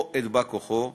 או את בא-כוחו,